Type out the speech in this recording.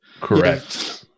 Correct